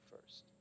first